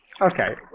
Okay